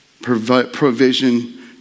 provision